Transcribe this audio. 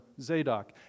Zadok